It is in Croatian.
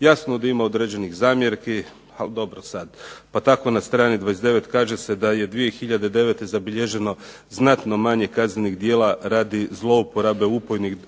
Jasno da ima određenih zamjerki, ali dobro sad pa tako na strani 29. kaže se da je 2009. zabilježeno znatno manje kaznenih djela radi zlouporabe